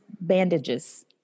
bandages